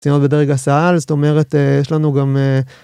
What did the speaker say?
ציונות בדרג הסא"ל, זאת אומרת, אה.. יש לנו גם אה..